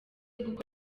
gukorera